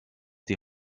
die